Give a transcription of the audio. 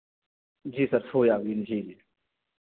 जी sir soybean जी